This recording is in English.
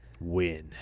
Win